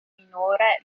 minore